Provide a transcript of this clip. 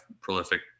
prolific